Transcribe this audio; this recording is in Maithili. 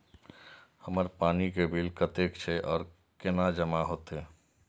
हमर पानी के बिल कतेक छे और केना जमा होते?